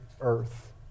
earth